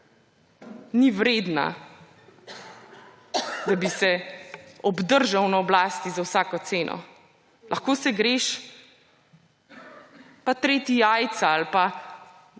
ni vredna, da bi se obdržal na oblasti za vsako ceno. Lahko se greš pa treti jajca ali pa